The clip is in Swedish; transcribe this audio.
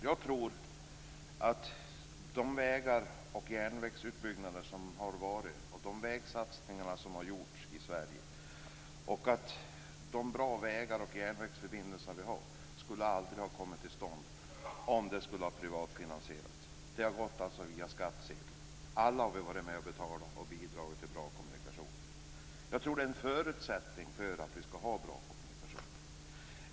Jag tror att de satsningar på utbyggnader av vägar och järnvägar som har gjorts i Sverige och de bra vägar och järnvägsförbindelser som vi har aldrig skulle ha kommit till stånd om de skulle ha privatfinansierats. Det har alltså skett via skattsedeln. Alla har vi varit med och betalat och bidragit till bra kommunikationer. Jag tror att det är en förutsättning för att vi skall ha bra kommunikationer.